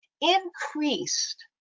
increased